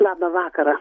labą vakarą